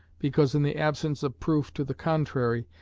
because in the absence of proof to the contrary,